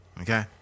Okay